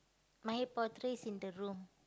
my portrait's in the room